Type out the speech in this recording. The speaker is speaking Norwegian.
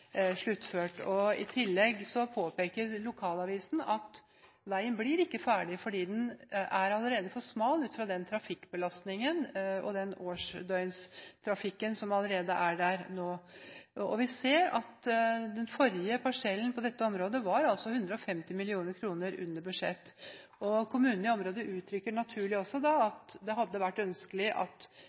sluttført. I tillegg påpeker lokalavisen at veien ikke blir ferdig, fordi den allerede er for smal ut fra den trafikkbelastningen og den årsdøgnstrafikken som allerede er der nå. Vi ser at den forrige parsellen på dette området var 150 mill. kr under budsjett, og kommunene i området uttrykker naturlig at det hadde vært ønskelig at